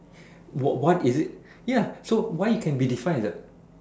what is it ya so why you can be define as A